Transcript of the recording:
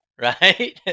right